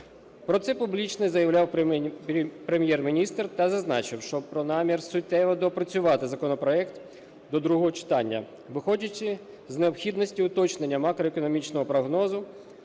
Про це публічно заявляв Прем’єр-міністр та зазначив про намір суттєво доопрацювати законопроект до другого читання, виходячи з необхідності уточнення макроекономічного прогнозу,